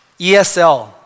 ESL